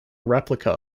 replica